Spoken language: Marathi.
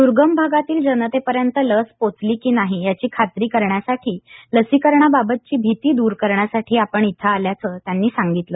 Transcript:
दुर्गम भागातील जनतेपर्यंत लस पोहोचली की नाही याची खात्री करण्यासाठी लसीकरणाबाबतची भीती दूर करण्यासाठी आपण इथं आल्याचं त्यांनी सांगितलं